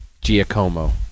Giacomo